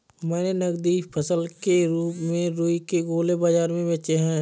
मैंने नगदी फसल के रूप में रुई के गोले बाजार में बेचे हैं